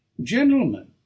gentlemen